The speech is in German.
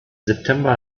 september